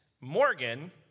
Morgan